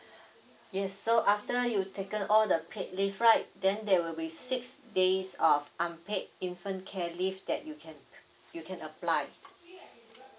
yes so after you taken all the paid leave right then there will be six days of unpaid infant care leave that you can you can apply